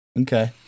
Okay